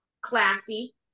Classy